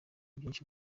byinshi